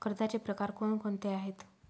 कर्जाचे प्रकार कोणकोणते आहेत?